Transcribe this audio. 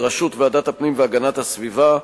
בראשות ועדת הפנים והגנת הסביבה,